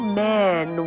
man